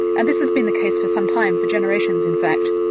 and this has been the case for some time for generations in fact.